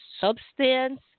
substance